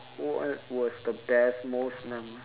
what was the best most memora~